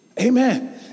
amen